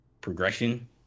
progression